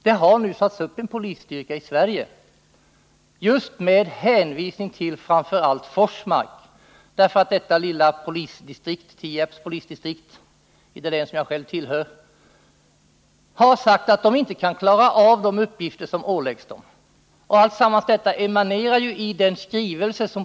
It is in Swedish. Det har nu satts upp en speciell polisstyrka i Sverige framför allt med hänvisning till kärnkraftverket i Forsmark, därför att vederbörande lilla polisdistrikt, Tierps polisdistrikt i det län som jag själv tillhör, har förklarat att det inte kan fullfölja de uppgifter som åläggs det.